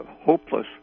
hopeless